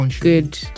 good